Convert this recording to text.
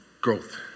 growth